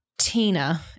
Tina